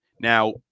now